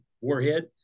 warhead